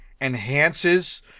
enhances